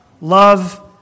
Love